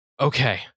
okay